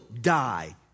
die